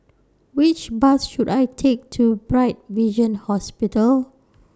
Which Bus should I Take to Bright Vision Hospital